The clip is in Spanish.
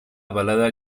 balada